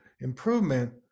improvement